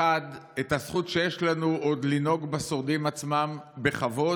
1. את הזכות שעוד יש לנו לנהוג בשורדים עצמם בכבוד,